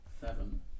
Seven